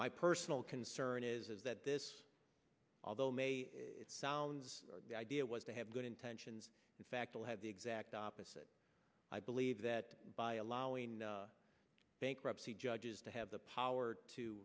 my personal concern is that this although may sound idea was to have good intentions in fact will have the exact opposite i believe that by allowing bankruptcy judges to have the power to